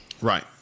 Right